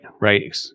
right